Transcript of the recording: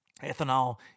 Ethanol